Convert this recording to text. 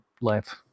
life